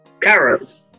Carrots